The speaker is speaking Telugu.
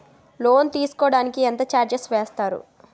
లోన్ తీసుకోడానికి ఎంత చార్జెస్ వేస్తారు?